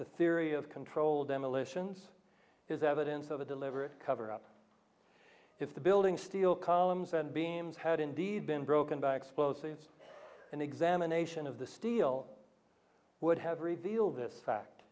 the theory of controlled demolitions is evidence of a deliberate cover up if the building steel columns and beams had indeed been broken by explosives an examination of the steel would have revealed this fact